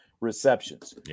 receptions